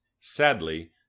Sadly